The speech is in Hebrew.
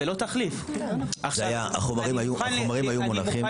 החומרים היו מונחים.